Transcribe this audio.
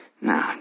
Nah